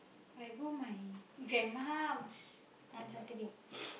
I go my grandma house on Saturday